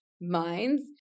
minds